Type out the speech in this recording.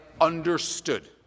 understood